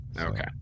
Okay